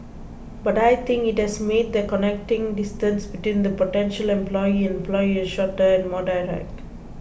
but I think it has made the connecting distance between the potential employee and employer shorter and more direct